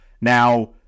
Now